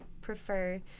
prefer